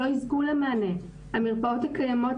לא יזכו למענה: המרפאות הקיימות,